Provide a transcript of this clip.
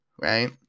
right